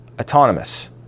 autonomous